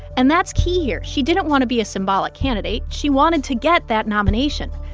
and that's key here. she didn't want to be a symbolic candidate. she wanted to get that nomination.